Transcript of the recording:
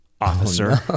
officer